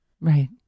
right